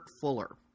Fuller